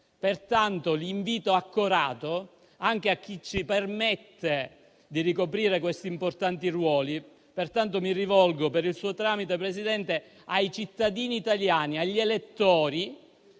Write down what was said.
un invito accorato anche a chi ci permette di ricoprire questi importanti ruoli. Mi rivolgo, per il suo tramite, Presidente, ai cittadini italiani, agli elettori: